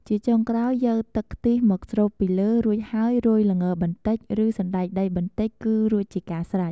ជាចុងក្រោយ យកទឹកខ្ទិះមកស្រូបពីលើរួចហើយរោយល្ងបន្តិច ឬសណ្ដែកដីបន្តិចគឺរួចជាការស្រេច។